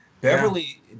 Beverly